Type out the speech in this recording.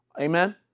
Amen